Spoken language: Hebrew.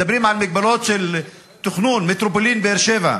מדברים על מגבלות של תכנון, מטרופולין באר-שבע.